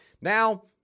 Now